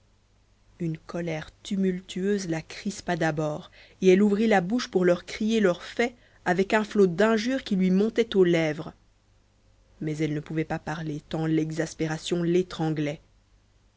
une colère tumultueuse la crispa d'abord et elle ouvrit la bouche pour leur crier leur fait avec un flot d'injures qui lui montait aux lèvres mais elle ne pouvait pas parler tant l'exaspération l'étranglait